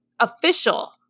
official